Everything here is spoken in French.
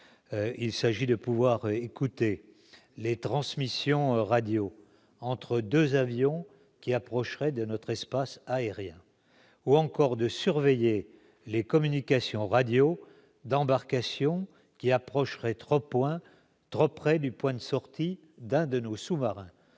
la capacité d'écouter les transmissions radio entre deux avions qui approcheraient de notre espace aérien ou encore de surveiller des communications émanant d'embarcations qui seraient voisines du point de sortie d'un de nos sous-marins.